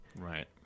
Right